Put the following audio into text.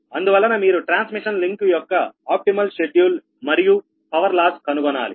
అందువలన మీరు transmission link యొక్క ఆప్టిమల్ షెడ్యూల్ మరియు పవర్ లాసు కనుగొనాలి